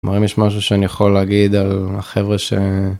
כלומר אם יש משהו שאני יכול להגיד על החברה ש...